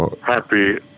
Happy